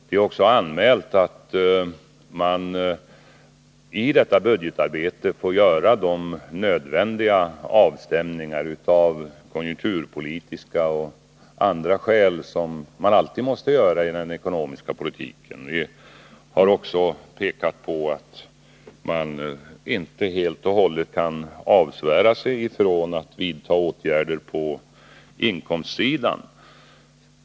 Det är också anmält att i detta budgetarbete får göras de nödvändiga avstämningar av konjunkturpolitiska och andra skäl som alltid måste göras i den ekonomiska politiken. Vi har vidare pekat på att man inte helt och hållet kan avsvära sig möjligheten att vidta åtgärder på inkomstsidan.